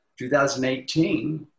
2018